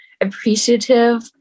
appreciative